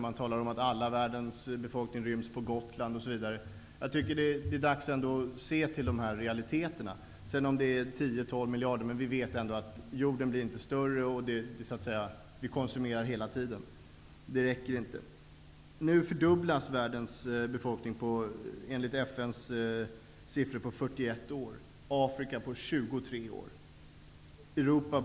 Man talar om att hela världens befolkning ryms på Gotland osv. Det är dags att se till realiteterna. Sedan kan det bli 10 eller 12 miljarder. Vi vet ändå att jorden inte blir större, och vi konsumerar hela tiden. Det räcker inte. Nu fördubblas världens befolkning enligt FN:s siffror på 41 år. Afrikas befolkning fördubblas på 23 år.